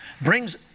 brings